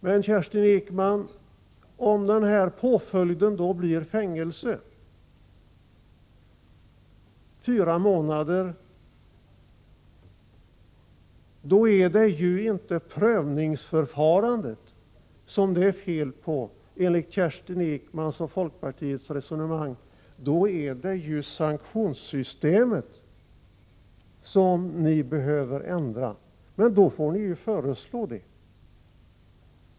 Men, Kerstin Ekman, om den här påföljden då blir fängelse i fyra månader, då är det inte prövningsförfarandet det är fel på enligt Kerstin Ekmans och folkpartiets resonemang, då är det ju sanktionssystemet som ni behöver ändra. Men då får ni föreslå det.